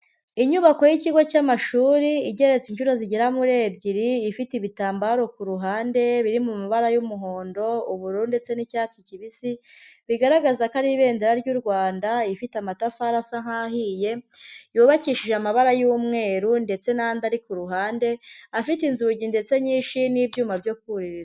Inyubako y'ikigo cy'amashuri igeretse inshuro zigera muri ebyiri, ifite ibitambaro ku ruhande biri mu mabara y'umuhondo, ubururu ndetse n'icyatsi kibisi, bigaragaza ko ari ibendera ry'u Rwanda, ifite amatafari asa nk'ahiye, yubakishije amabara y'umweru ndetse n'andi ari ku ruhande, afite inzugi ndetse nyinshi n'ibyuma byo kuririra.